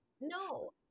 No